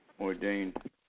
ordained